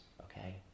Okay